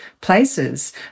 places